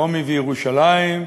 "רומי וירושלים",